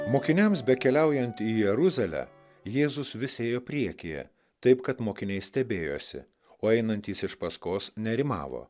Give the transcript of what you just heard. mokiniams bekeliaujant į jeruzalę jėzus vis ėjo priekyje taip kad mokiniai stebėjosi o einantys iš paskos nerimavo